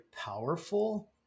powerful